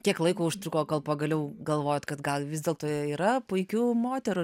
kiek laiko užtruko kol pagaliau galvojot kad gal vis dėlto yra puikių moterų